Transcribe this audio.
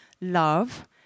love